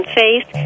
faith